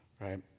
right